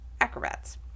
acrobats